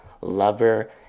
lover